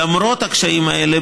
למרות הקשיים האלה,